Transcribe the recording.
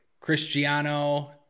Cristiano